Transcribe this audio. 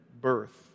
birth